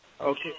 Okay